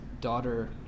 daughter